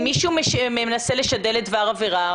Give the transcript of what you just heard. אם מישהו מנסה לשדל לדבר עבירה,